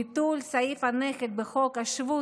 ביטול סעיף הנכד בחוק השבות,